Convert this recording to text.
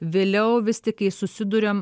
vėliau vis tik kai susiduriam